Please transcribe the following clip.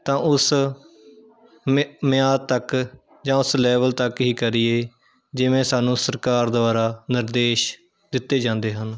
ਤਾਂ ਉਸ ਮਿ ਮਿਆਦ ਤੱਕ ਜਾਂ ਉਸ ਲੈਵਲ ਤੱਕ ਹੀ ਕਰੀਏ ਜਿਵੇਂ ਸਾਨੂੰ ਸਰਕਾਰ ਦੁਆਰਾ ਨਿਰਦੇਸ਼ ਦਿੱਤੇ ਜਾਂਦੇ ਹਨ